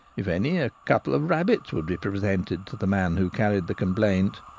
if any, a couple of rabbits would be presented to the man who carried the complaint.